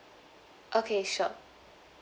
okay sure